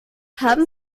haben